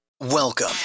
Welcome